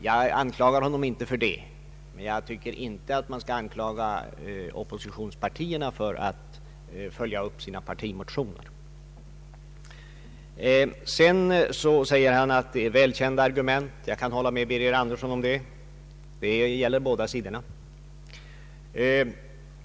Jag anklagar honom inte för det, men jag tycker inte att man då heller skall anklaga oppositionspartierna för att de följer upp sina partimotioner. Herr Birger Andersson säger sedan att det är välkända argument. Jag kan hålla med honom om det. Det gäller båda sidorna.